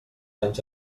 anys